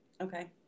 Okay